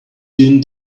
din